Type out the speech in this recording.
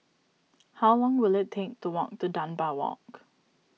how long will it take to walk to Dunbar Walk